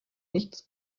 nichts